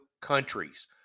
countries